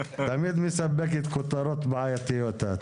יסמין, בבקשה.